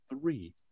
three